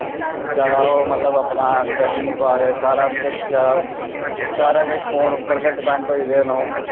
जादा ओह् मतलब अपना करी निं पा दे सारा किश जादा सारा किश फोन उप्पर गै डिपैंड होई गेदे न ओह्